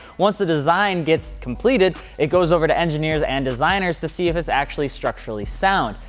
once the design gets completed, it goes over to engineers and designers to see if it's actually structurally sound.